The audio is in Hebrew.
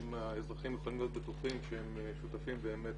האם האזרחים יכולים להיות בטוחים שהם שותפים באמת